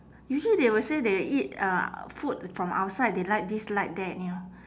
usually they will say they eat uh food from outside they like this like that you know